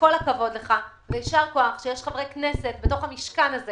כל הכבוד ויישר כוח לחברי הכנסת בתוך המשכן הזה